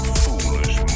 foolish